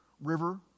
river